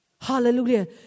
Hallelujah